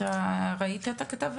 הכתבה?